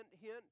hint